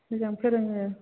मोजां फोरोङो